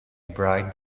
bright